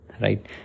right